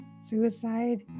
suicide